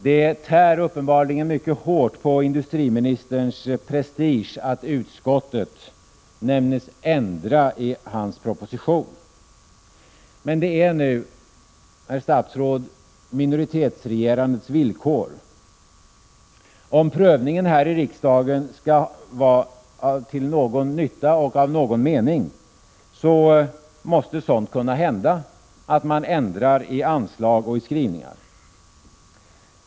Det tär uppenbarligen mycket hårt på industriministerns prestige att utskottet nänns ändra i hans proposition. Men detta tillhör, herr statsråd, minoritetsregerandets villkor. Om prövningen här i riksdagen skall vara till någon nytta och ha någon mening, måste det kunna hända att man ändrar i anslag och i skrivningar.